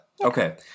Okay